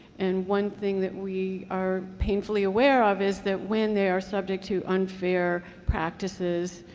and one thing that we are painfully aware of is that when they are subject to unfair practices,